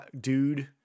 dude